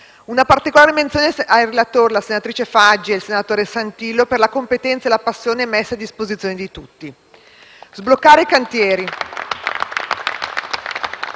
Una particolare menzione ai relatori, senatrice Faggi e senatore Santillo, per la competenza e la passione messi a disposizione di tutti. *(Applausi dal